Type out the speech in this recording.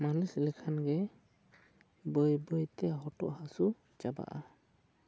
ᱢᱟᱹᱞᱤᱥ ᱞᱮᱠᱷᱟᱱ ᱜᱮ ᱵᱟᱹᱭ ᱵᱟᱹᱭ ᱛᱮ ᱦᱚᱴᱚᱜ ᱦᱟᱹᱥᱩ ᱪᱟᱵᱟᱜᱼᱟ